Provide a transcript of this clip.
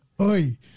oi